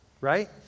right